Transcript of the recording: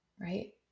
Right